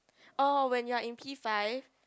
oh when you are in P-five